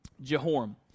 Jehoram